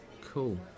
Cool